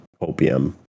opium